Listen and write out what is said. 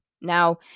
Now